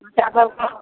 बच्चा सभकेँ